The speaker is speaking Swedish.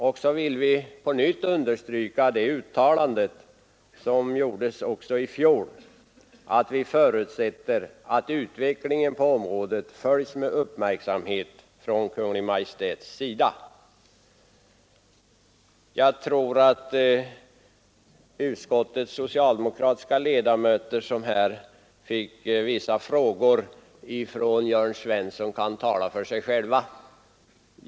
Vidare skriver vi: ”Utskottet vill därför ånyo understryka vad utskottet föregående år uttalade, nämligen att utskottet med hänsyn till vårdnadsfrågornas vikt förutsätter att utvecklingen på området följs med uppmärksamhet från Kungl. Maj:ts sida.” Jag tror att utskottets socialdemokratiska ledamöter, som här fick vissa frågor från Jörn Svensson, kan tala för sig själva.